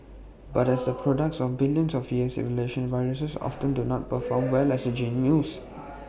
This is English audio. but as the products of billions of years of evolution viruses often do not perform well as gene mules